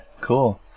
Cool